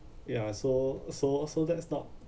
ya so so so that's not